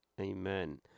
Amen